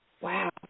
Wow